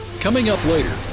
coming up later.